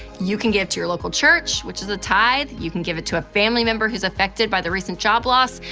you can give to your local church, which is a tithe. you can give it to a family member who's affected by the recent job loss.